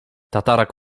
tatarak